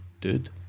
dude